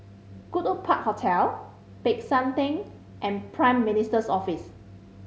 Goodwood Park Hotel Peck San Theng and Prime Minister's Office